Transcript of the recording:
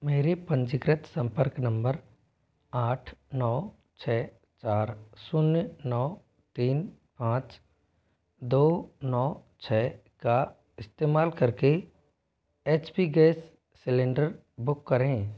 मेरे पंजीकृत संपर्क नंबर आठ नौ छः चार शून्य नौ तीन पाँच दो नौ छः का इस्तेमाल कर के H P gas cylinder book करें